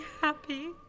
happy